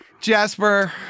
Jasper